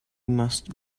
must